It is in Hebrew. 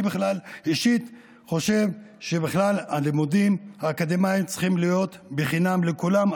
אני אישית חושב שבכלל הלימודים האקדמיים צריכים להיות חינם לכולם,